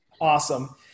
Awesome